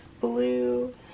blue